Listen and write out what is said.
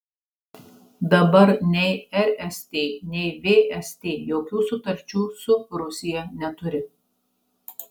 dabar nei rst nei vst jokių sutarčių su rusija neturi